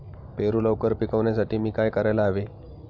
पेरू लवकर पिकवण्यासाठी मी काय करायला हवे?